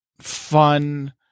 fun